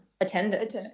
attendance